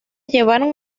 llevaron